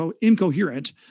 incoherent